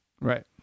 Right